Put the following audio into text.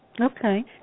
Okay